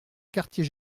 quartier